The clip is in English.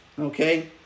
okay